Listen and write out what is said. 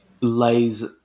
lays